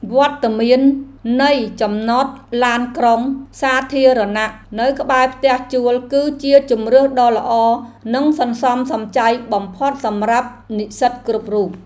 វត្តមាននៃចំណតឡានក្រុងសាធារណៈនៅក្បែរផ្ទះជួលគឺជាជម្រើសដ៏ល្អនិងសន្សំសំចៃបំផុតសម្រាប់និស្សិតគ្រប់រូប។